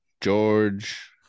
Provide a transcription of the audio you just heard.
George